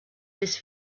his